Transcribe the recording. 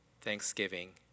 thanksgiving